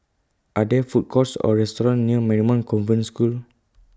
Are There Food Courts Or restaurants near Marymount Convent School